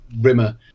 Rimmer